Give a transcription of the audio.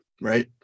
right